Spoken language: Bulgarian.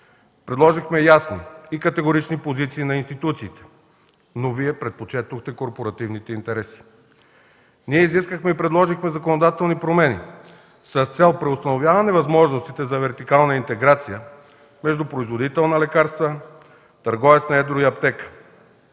Предложихме ясни и категорични позиции на институции, но Вие предпочетохте корпоративните интереси. Ние изискахме и предложихме законодателни промени с цел преустановяване възможностите за вертикална интеграция между производител на лекарства, търговец на едро и аптека.